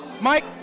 Mike